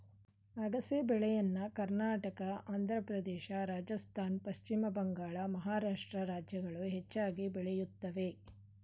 ಅಗಸೆ ಬೆಳೆಯನ್ನ ಕರ್ನಾಟಕ, ಆಂಧ್ರಪ್ರದೇಶ, ರಾಜಸ್ಥಾನ್, ಪಶ್ಚಿಮ ಬಂಗಾಳ, ಮಹಾರಾಷ್ಟ್ರ ರಾಜ್ಯಗಳು ಹೆಚ್ಚಾಗಿ ಬೆಳೆಯುತ್ತವೆ